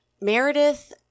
Meredith